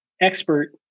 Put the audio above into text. expert